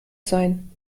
sein